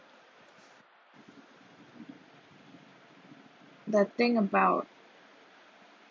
that think about